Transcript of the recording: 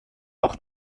auch